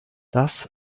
das